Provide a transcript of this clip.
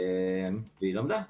והיא למדה.